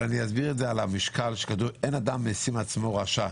אבל אין אדם משים עצמו רשע,